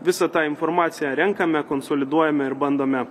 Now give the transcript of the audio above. visą tą informaciją renkame konsoliduojame ir bandome